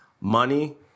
money